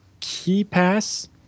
KeyPass